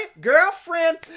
girlfriend